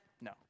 No